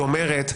שאומרת: